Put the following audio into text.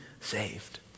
saved